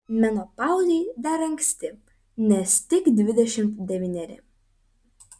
menopauzei dar anksti nes tik dvidešimt devyneri